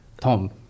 Tom